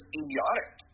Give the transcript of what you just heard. idiotic